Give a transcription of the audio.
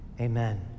Amen